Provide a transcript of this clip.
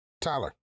Tyler